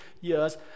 years